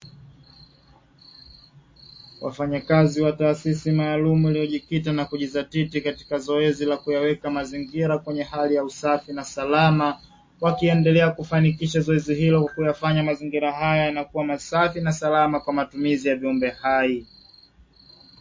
Wafanyakazi wa taasisi maalumu iliyojikita na kujidhatiti katika zoezi la kuyaweka mazingira kwenye hali ya usafi na salama, wakiendelea kufanikisha zoezi hilo kuyafanya mazingira haya yanakuwa masafi na salama kwa matumizi ya viumbe hai.